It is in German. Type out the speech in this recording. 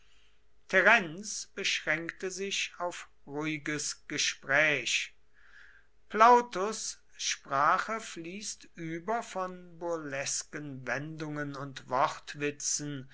terenz beschränkte sich auf ruhiges gespräch plautus sprache fließt über von burlesken wendungen und wortwitzen